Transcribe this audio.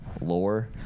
lore